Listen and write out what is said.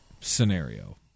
scenario